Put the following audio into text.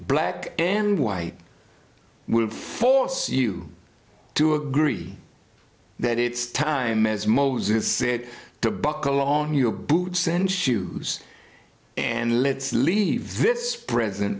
black and white will force you to agree that it's time as moses said to buckle on your boots and shoes and let's leave this present